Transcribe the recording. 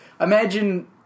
imagine